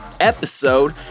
Episode